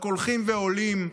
רק הולכות ועולות,